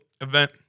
event